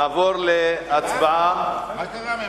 מה קרה?